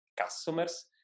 customers